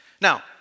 Now